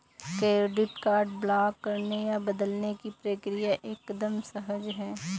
credit card block करने या बदलने की प्रक्रिया एकदम सहज है